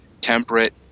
temperate